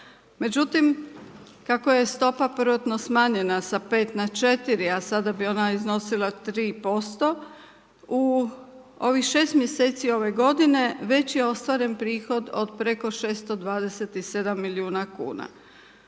Međutim, kako je stopa prvotno smanjena sa 5 na 4 a sada bi ona iznosila 3% u ovih 6 mjeseci ove godine već je ostvaren prihod od preko 627 milijuna kuna.